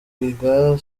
rwigara